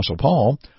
Paul